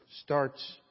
starts